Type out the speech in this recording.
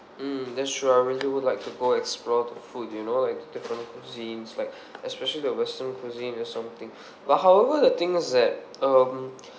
mm that's true I really would like to go explore the food you know like different cuisines like especially the western cuisine or something but however the thing is that um